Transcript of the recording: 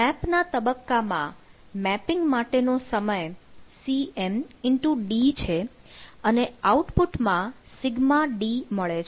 map ના તબક્કામાં mapping માટે નો સમય cmD છે અને આઉટ પુટ માં σd મળે છે